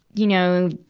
you know,